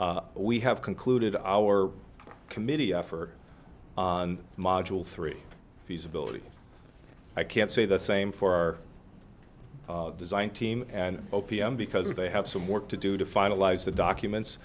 n we have concluded our committee effort on module three feasibility i can't say the same for our design team and o p m because they have some work to do to finalize the documents